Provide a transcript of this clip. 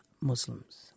Muslims